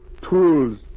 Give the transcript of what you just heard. Tools